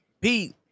Pete